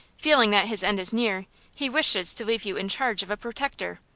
feeling that his end is near, he wishes to leave you in charge of a protector.